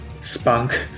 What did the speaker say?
Spunk